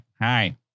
hi